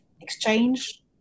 exchange